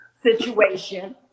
situation